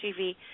TV